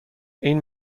این